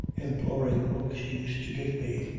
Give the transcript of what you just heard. implorin' look she used to give me.